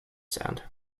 sound